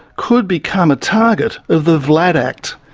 could become a target of the vlad act.